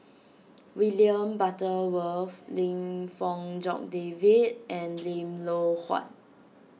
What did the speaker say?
William Butterworth Lim Fong Jock David and Lim Loh Huat